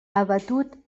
abatut